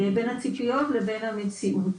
בין הציפיות לבין המציאות.